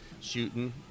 shooting